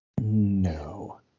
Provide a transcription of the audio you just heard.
No